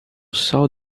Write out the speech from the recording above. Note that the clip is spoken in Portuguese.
sol